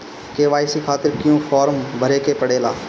KYC खातिर क्यूं form भरे के पड़ेला?